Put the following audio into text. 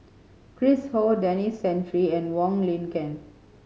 Chris Ho Denis Santry and Wong Lin Ken